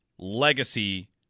legacy